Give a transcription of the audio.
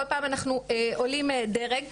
כל פעם אנחנו עולים דרג.